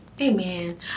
Amen